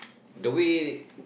the way